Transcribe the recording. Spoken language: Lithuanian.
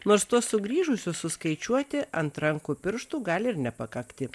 nors tuos sugrįžusius suskaičiuoti ant rankų pirštų gali ir nepakakti